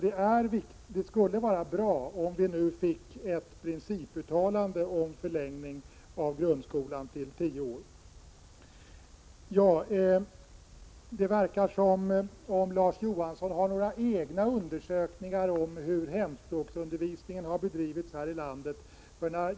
Det skulle vara bra om vi nu fick ett principuttalande om förlängning av grundskolan till tio år. Det verkar som om Larz Johansson har några egna undersökningar om hur hemspråksundervisningen har bedrivits här i landet.